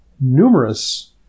numerous